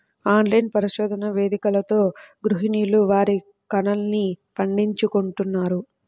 online పరిశోధన వేదికలతో గృహిణులు వారి కలల్ని పండించుకుంటున్నారు